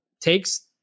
takes